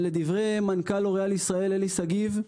לדברי מנכ"ל לוריאל ישראל אלי שגיב,